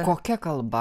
kokia kalba